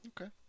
Okay